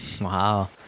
Wow